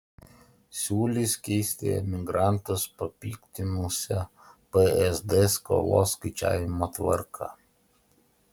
siūlys keisti emigrantus papiktinusią psd skolos skaičiavimo tvarką